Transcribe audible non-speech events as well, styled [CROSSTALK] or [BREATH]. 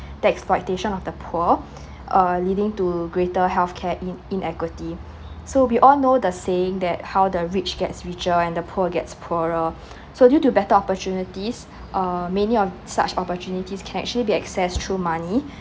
[BREATH] the exploitation of the poor [BREATH] uh leading to greater health care in~ inequity [BREATH] so we all know the saying that how the rich gets richer and poor gets poorer [BREATH] so due to better opportunities [BREATH] uh many of such opportunities can actually be accessed through money [BREATH]